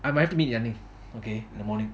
I might have to meet yani okay in the morning